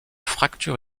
fracture